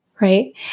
right